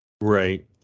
Right